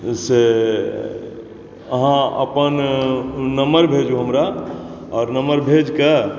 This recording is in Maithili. से अहाँ अपन नम्बर भेजूँ हमरा आ नम्बर भेज कऽ